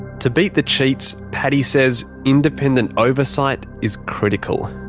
to beat the cheats, paddy says independent oversight is critical.